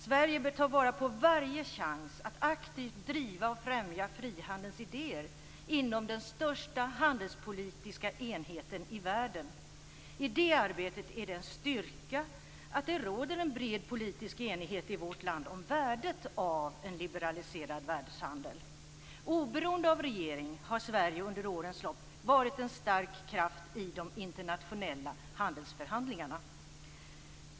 Sverige bör ta vara på varje chans att aktivt driva och främja frihandelns idéer inom den största handelspolitiska enheten i världen. I det arbetet är det en styrka att det råder en bred politisk enighet i vårt land om värdet av en liberaliserad världshandel. Oberoende av regering har Sverige under årens lopp varit en stark kraft i de internationella handelsförhandlingarna.